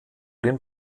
den